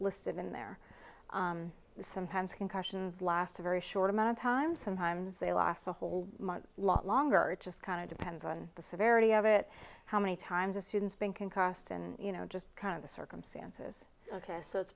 listed in there sometimes concussions last a very short amount of time sometimes they last a whole lot longer just kind of depends on the severity of it how many times a student's been concussed and you know just kind of the circumstances ok so it's